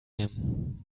him